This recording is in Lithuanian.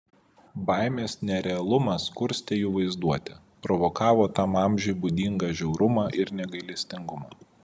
baimės nerealumas kurstė jų vaizduotę provokavo tam amžiui būdingą žiaurumą ir negailestingumą